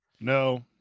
No